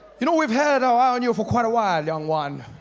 you know we have had our eye on you for quite a while young one.